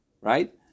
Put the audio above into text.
right